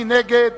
מי נגד?